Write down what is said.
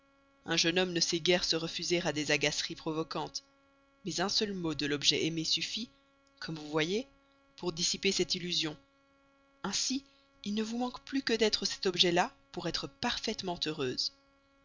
un jeune homme ne sait guère se refuser à des agaceries provocantes mais soyez tranquille un seul mot de l'objet aimé suffit comme vous voyez pour dissiper cette illusion ainsi il ne vous manque plus que d'être cet objet là pour être parfaitement heureuse